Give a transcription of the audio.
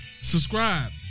Subscribe